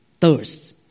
thirst